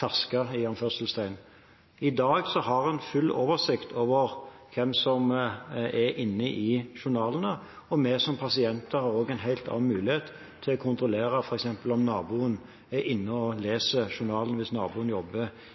«fersket». I dag har man full oversikt over hvem som er inne i journalene. Vi som pasienter har også en helt annen mulighet til å kontrollere om f.eks. naboen, hvis naboen jobber i helsevesenet, er inne og